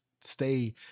stay